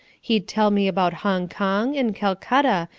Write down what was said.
he'd tell me about hong kong, and calcutta,